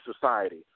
society